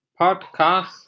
podcast